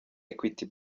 equity